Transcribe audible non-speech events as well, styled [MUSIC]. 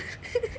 [LAUGHS]